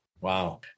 Wow